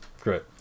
Great